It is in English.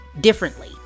differently